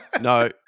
No